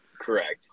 Correct